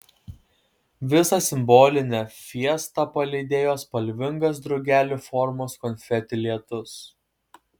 visą simbolinę fiestą palydėjo spalvingas drugelių formos konfeti lietus